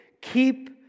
Keep